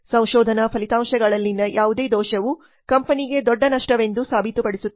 ಸಂಶೋಧನಾ ಫಲಿತಾಂಶಗಳಲ್ಲಿನ ಯಾವುದೇ ದೋಷವು ಕಂಪನಿಗೆ ದೊಡ್ಡ ನಷ್ಟವೆಂದು ಸಾಬೀತುಪಡಿಸುತ್ತದೆ